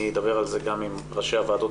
אני אדבר על זה גם עם ראשי הוועדות